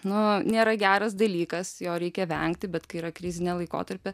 nu nėra geras dalykas jo reikia vengti bet kai yra krizinė laikotarpė